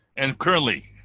and currently,